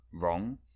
wrong